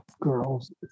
girls